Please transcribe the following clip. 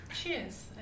cheers